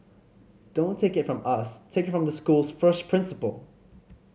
don't take it from us take it from the school's first principal